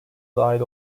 dahil